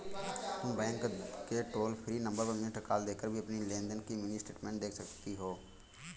तुम बैंक के toll free number पर मिस्ड कॉल देकर भी अपनी लेन देन की मिनी स्टेटमेंट देख सकती हो